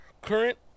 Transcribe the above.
Current